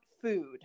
food